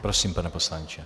Prosím, pane poslanče.